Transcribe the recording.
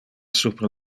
super